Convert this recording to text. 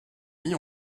mis